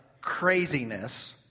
craziness